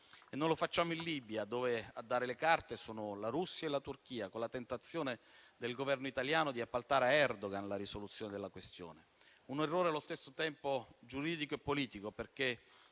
E non lo facciamo in Libia, dove a dare le carte sono la Russia e la Turchia, con la tentazione del Governo italiano di appaltare a Erdogan la risoluzione della questione. È un errore allo stesso tempo giuridico e politico, perché